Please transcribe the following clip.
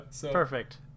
Perfect